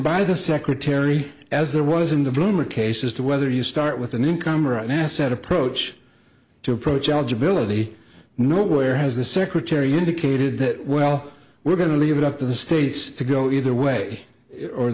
by the secretary as there was in the room or case as to whether you start with a newcomer an asset approach to approach alger billy nowhere has the secretary indicated that well we're going to leave it up to the states to go either way or